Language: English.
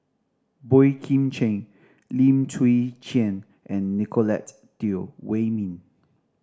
Boey Kim Cheng Lim Chwee Chian and Nicolette Teo Wei Min